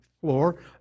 floor